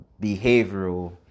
behavioral